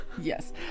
Yes